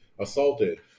assaulted